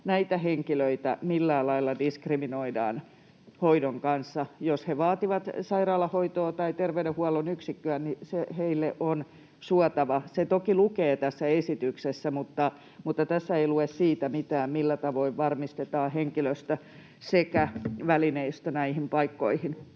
että näitä henkilöitä millään lailla diskriminoidaan hoidon kanssa. Jos he vaativat sairaalahoitoa tai terveydenhuollon yksikköä, niin se heille on suotava. Se toki lukee tässä esityksessä, mutta tässä ei lue siitä mitään, millä tavoin varmistetaan henkilöstö sekä välineistö näihin paikkoihin.